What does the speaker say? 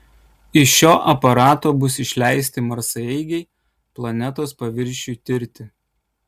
iš šio aparato bus išleisti marsaeigiai planetos paviršiui tirti